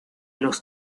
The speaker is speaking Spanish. los